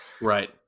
Right